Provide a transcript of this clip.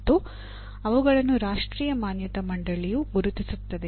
ಮತ್ತು ಅವುಗಳನ್ನು ರಾಷ್ಟ್ರೀಯ ಮಾನ್ಯತಾ ಮಂಡಳಿಯು ಗುರುತಿಸುತ್ತದೆ